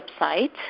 website